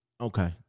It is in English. okay